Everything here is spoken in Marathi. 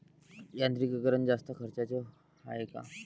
यांत्रिकीकरण जास्त खर्चाचं हाये का?